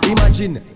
Imagine